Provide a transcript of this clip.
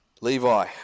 Levi